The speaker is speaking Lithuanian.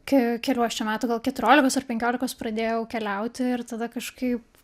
ke kelių aš čia metų gal keturiolikos ar penkiolikos pradėjau keliauti ir tada kažkaip